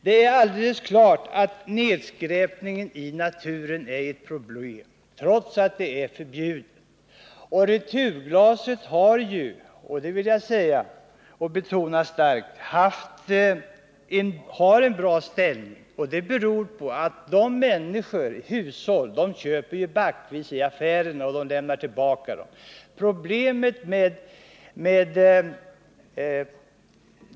Det är alldeles klart att nedskräpningen i naturen är ett stort problem, trots att det är förbjudet att skräpa ner där. Returglasets ställning har dock varit god, det vill jag starkt betona. Detta beror på att många hushåll köper dryckerna backvis i affärerna och sedan lämnar tillbaka backarna.